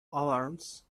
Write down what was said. alarms